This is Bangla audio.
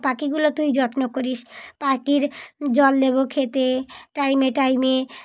পাখিগুলো তুই যত্ন করিস পাখির জল দেবো খেতে টাইমে টাইমে